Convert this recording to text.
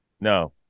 No